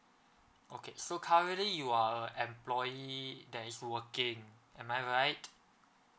okay so currently you are a employee that is working am I right